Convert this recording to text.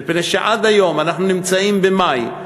מפני שעד היום, אנחנו נמצאים במאי,